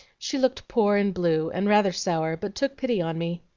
she looked poor and blue and rather sour, but took pity on me